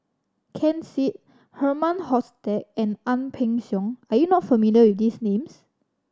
Ken Seet Herman Hochstadt and Ang Peng Siong are you not familiar with these names